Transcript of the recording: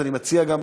אז אני מציע גם